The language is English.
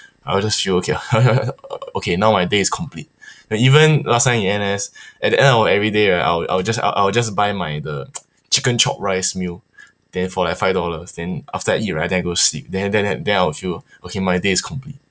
I will just feel okay okay now my day is complete you know even last time in N_S at the end of every day right I will I will just I will just buy my the chicken chop rice meal then for like five dollars then after I eat right then I go sleep then then then then I will feel okay my day is complete